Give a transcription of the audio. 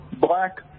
black